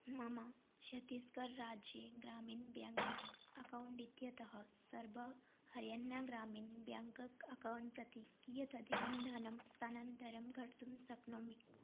मम छत्तिस्गर् राज्ये Gramin bank account इत्यतः सर्वहर्याना ग्रामिन् ब्याङ्क् अकौण्ट् प्रति कियत् अधिकं धनं स्तानन्तरं कर्तुं शक्नोमि